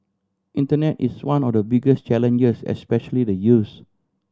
internet is one of the biggest challenges especially the youths